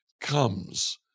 comes